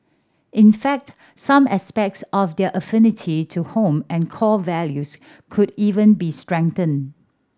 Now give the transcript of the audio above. in fact some aspects of their affinity to home and core values could even be strengthened